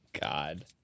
God